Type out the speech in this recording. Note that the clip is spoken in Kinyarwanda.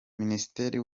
ministre